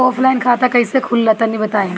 Offline खाता कइसे खुलेला तनि बताईं?